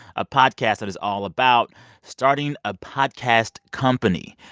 a podcast that is all about starting a podcast company.